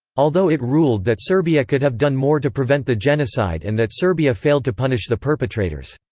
although it ruled that serbia could have done more to prevent the genocide and that serbia failed to punish the perpetrators.